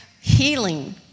healing